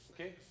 Okay